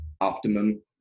optimum